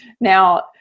Now